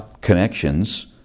connections